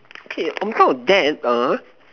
okay on top of that err